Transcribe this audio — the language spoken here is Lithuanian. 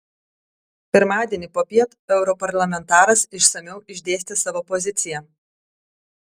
pirmadienį popiet europarlamentaras išsamiau išdėstė savo poziciją